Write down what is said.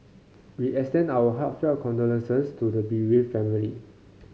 we extend our heartfelt condolences to the bereaved family